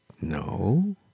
no